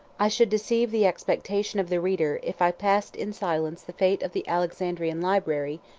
i should deceive the expectation of the reader, if i passed in silence the fate of the alexandrian library,